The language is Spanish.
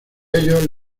ellos